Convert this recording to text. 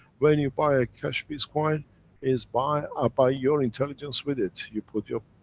when you buy a keshe peace coin is by, ah by your intelligence with it. you put your